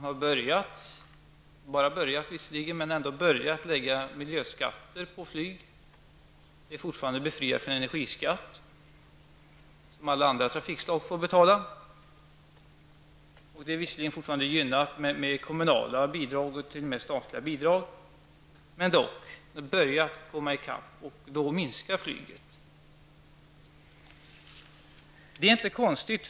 Man har litet grand börjat lägga miljöskatter på flyg. Flyget är dock fortfarande befriat från energiskatt, som alla andra trafikslag får be Luftfartsverkets verksamhet tala. Flyget är dessutom fortfarande gynnat med kommunala och t.o.m. statliga bidrag. Kostnaderna har dock börjat komma i kapp, och då minskar flygtrafiken. Detta är inte konstigt.